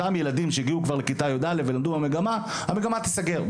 מדובר בילדים שהגיעו לכיתה י"א ולמדו במגמה שעכשיו תיסגר.